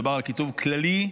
מדובר על כיתוב כללי,